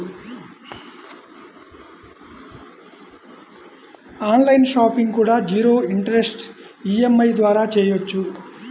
on line shopping కూడా zero interest EMI ద్వారా చెయ్యొచ్చు